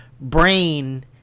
brain